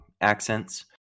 accents